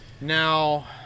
Now